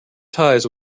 ties